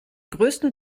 größten